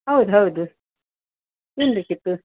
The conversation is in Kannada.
ಹೌದು ಹೌದು ಏನು ಬೇಕಿತ್ತು